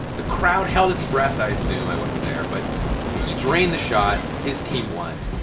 the crowd held its breath i assume, i wasn't there. but he drained the shot. his team won.